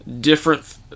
different